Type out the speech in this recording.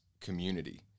community